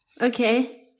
Okay